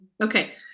Okay